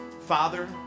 Father